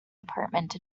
department